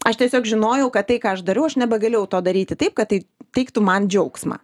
aš tiesiog žinojau kad tai ką aš dariau aš nebegalėjau to daryti taip kad tai teiktų man džiaugsmą